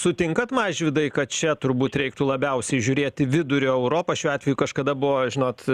sutinkat mažvydai kad čia turbūt reiktų labiausiai žiūrėt į vidurio europą šiuo atveju kažkada buvo žinot